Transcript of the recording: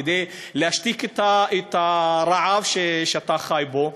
כדי להשתיק את הרעב שאתה חי בו,